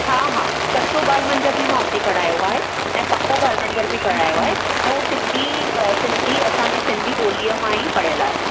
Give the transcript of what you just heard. हा हा कच्चो बाल मंदर बि मां हुते करायो आहे ऐं पक्को बाल मंदर बि करायो आहे ऐं उहो सिंधी सिंधी असांजी सिंधी ॿोलीअ मां ई पढ़ियलु आहे